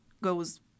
goes